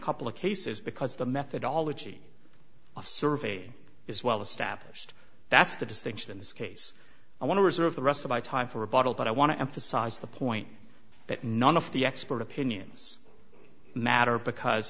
couple of cases because the methodology of survey is well established that's the distinction in this case i want to reserve the rest of my time for a bottle but i want to emphasize the point that none of the expert opinions matter because